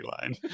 line